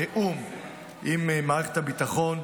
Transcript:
בתיאום עם מערכת הביטחון.